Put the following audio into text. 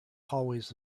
hallways